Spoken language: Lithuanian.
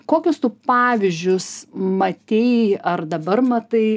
kokius tu pavyzdžius matei ar dabar matai